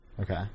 Okay